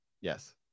Yes